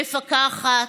מפקחת.